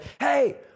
hey